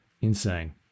insane